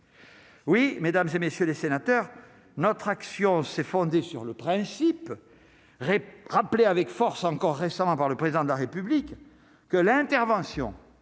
Oui, mesdames et messieurs les sénateurs, notre action s'est fondée sur le principe, re-rappelé avec force encore récemment par le président de la République que l'intervention